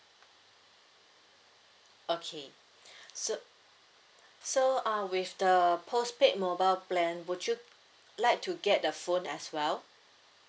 okay so so uh with the postpaid mobile plan would you like to get the phone as well